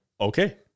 Okay